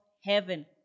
heaven